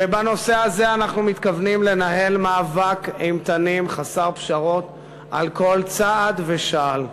ובנושא הזה אנחנו מתכוונים לנהל מאבק אימתני חסר פשרות על כל צעד ושעל.